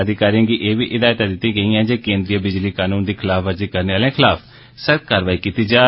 अधिकारियें गी एह् बी हिदायतां दित्तियां गेईयां जे केन्द्रीय बिजली कनून दी खलाफवर्जी करने आहले खलाफ सख्त कारवाई कीती जाग